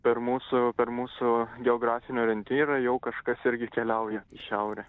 per mūsų per mūsų geografinį orientyrą jau kažkas irgi keliauja į šiaurę